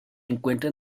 encuentra